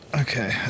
Okay